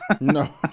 No